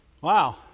Wow